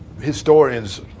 historians